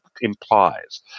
implies